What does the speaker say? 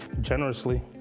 generously